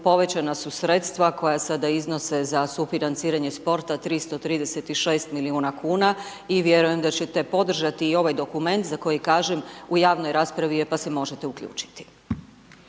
povećana su sredstva koja sada iznose za sufinanciranje sporta 336 milijuna kuna i vjerujem da ćete podržati i ovaj dokument za koji, kažem, u javnoj raspravi je pa se možete uključiti.